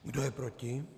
Kdo je proti?